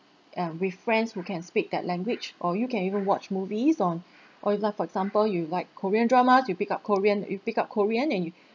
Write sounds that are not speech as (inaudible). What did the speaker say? uh with friends who can speak that language or you can even watch movies on (breath) or you like for example you like korean dramas you pick up korean you pick up korean and you